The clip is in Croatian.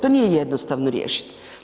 To nije jednostavno riješit.